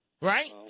right